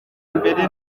mbere